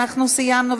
אנחנו סיימנו,